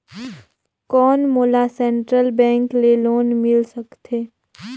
कौन मोला central bank ले लोन मिल सकथे?